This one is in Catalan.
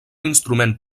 instrument